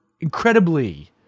incredibly